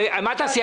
מה תעשי?